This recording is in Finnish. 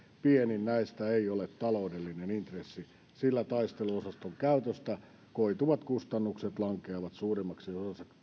pienin näistä ei ole taloudellinen intressi sillä taisteluosaston käytöstä koituvat kustannukset lankeavat suurimmaksi